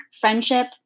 friendship